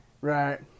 Right